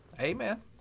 amen